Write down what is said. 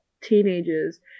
teenagers